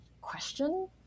question